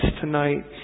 tonight